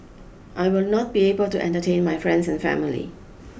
I will not be able to entertain my friends and family